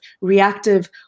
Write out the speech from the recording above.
reactive